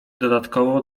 dodatkowo